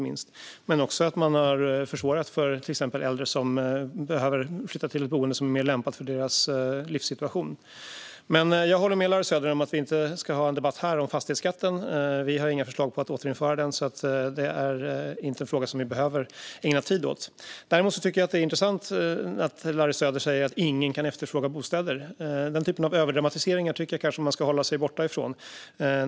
Man har också försvårat för till exempel äldre som behöver flytta till ett boende som är mer lämpat för deras livssituation. Men jag håller med Larry Söder om att vi inte ska ha en debatt om fastighetsskatten här. Vi har inga förslag på att återinföra den, så det är inte en fråga som vi behöver ägna tid åt. Däremot tycker jag att det är intressant att Larry Söder säger att ingen kan efterfråga bostäder. Den typen av överdramatiseringar tycker jag kanske att man ska hålla sig borta från.